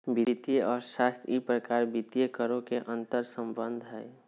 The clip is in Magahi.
वित्तीय अर्थशास्त्र ई प्रकार वित्तीय करों के अंतर्संबंध हइ